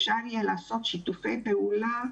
אפשר יהיה לעשות שיתופי פעולה,